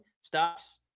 stops